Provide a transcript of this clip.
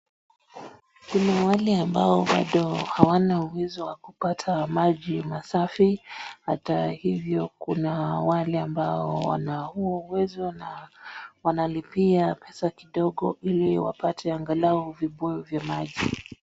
Kuna wale ambao bado hawana uwezo wa kupata maji masafi ata hivyo kuna wale ambao wana huo uwezo na wanalipia pesa kidogo ili wapate angalau vibuyu vya maji.